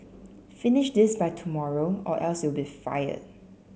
finish this by tomorrow or else you'll be fired